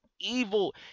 evil